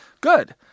Good